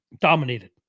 Dominated